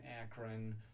Akron